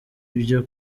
ibyo